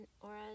auras